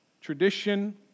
Tradition